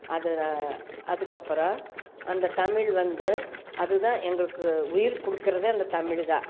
அது ரா அதுக்கப்புறோம் அந்த தமிழ் வந்து அது தான் எங்களுக்கு உயிர் கொடுக்கறதே அந்த தமிழ் தான்